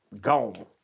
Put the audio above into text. gone